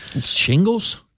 Shingles